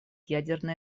ядерной